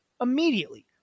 immediately